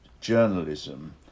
journalism